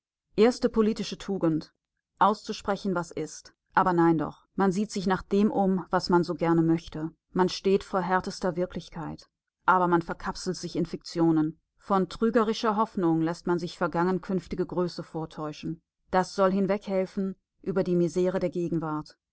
erste politische tugend auszusprechen was ist aber nein doch man sieht sich nach dem um was man so gerne möchte man steht vor härtester wirklichkeit aber man verkapselt sich in fiktionen von trügerischer hoffnung läßt man sich vergangen-zukünftige größe vortäuschen das soll hinweghelfen über die misere der gegenwart